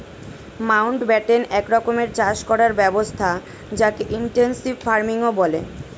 Mountbatten এক রকমের চাষ করার ব্যবস্থা যকে ইনটেনসিভ ফার্মিংও বলে